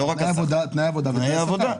תנאי העבודה ותנאי השכר.